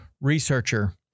researcher